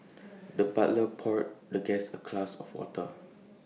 the butler poured the guest A class of water